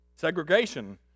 Segregation